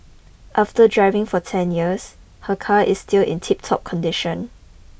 after driving for ten years her car is still in tiptop condition